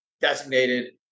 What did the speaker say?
designated